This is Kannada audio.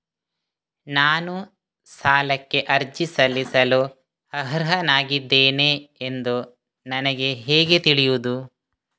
ನಾನು ಸಾಲಕ್ಕೆ ಅರ್ಜಿ ಸಲ್ಲಿಸಲು ಅರ್ಹನಾಗಿದ್ದೇನೆ ಎಂದು ನನಗೆ ಹೇಗೆ ತಿಳಿಯುದು?